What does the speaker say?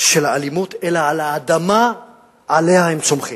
של האלימות, אלא על האדמה שעליה הם צומחים.